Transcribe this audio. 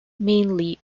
mainly